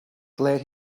glad